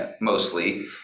Mostly